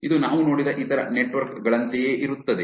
ಇದು ನಾವು ನೋಡಿದ ಇತರ ನೆಟ್ವರ್ಕ್ ಗಳಂತೆಯೇ ಇರುತ್ತದೆ